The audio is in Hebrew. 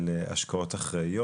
של השקעות אחראיות.